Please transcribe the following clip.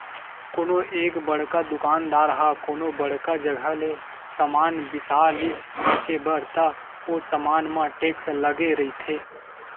कोनो एक बड़का दुकानदार ह कोनो बड़का जघा ले समान बिसा लिस बेंचे बर त ओ समान म टेक्स लगे रहिथे